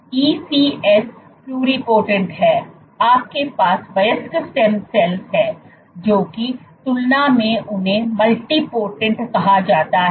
ECS pluripotent हैं आपके पास वयस्क स्टेम सेल हैं जो की तुलना में उन्हें मल्टीपोटेंट कहा जाता है